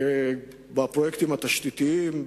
בפרויקטים התשתיתיים,